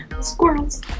Squirrels